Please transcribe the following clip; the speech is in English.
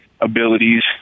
abilities